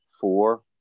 four